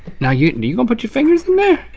now you know you're gonna put your fingers in there?